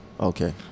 Okay